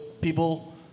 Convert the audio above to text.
people